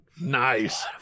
Nice